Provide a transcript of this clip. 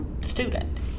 student